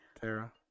Tara